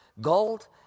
gold